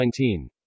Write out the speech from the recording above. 19